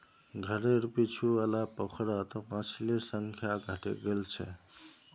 घरेर पीछू वाला पोखरत मछलिर संख्या घटे गेल छ